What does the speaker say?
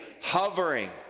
hovering